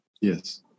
Yes